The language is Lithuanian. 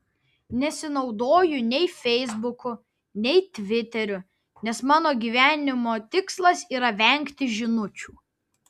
nesinaudoju nei feisbuku nei tviteriu nes mano gyvenimo tikslas yra vengti žinučių